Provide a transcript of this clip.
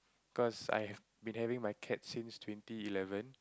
cause I have been having my cat since twenty eleven